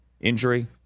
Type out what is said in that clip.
injury